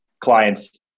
clients